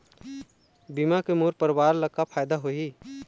बीमा के मोर परवार ला का फायदा होही?